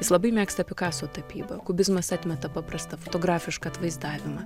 jis labai mėgsta picasso tapybą kubizmas atmeta paprastą fotografišką atvaizdavimą